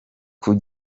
com